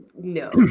no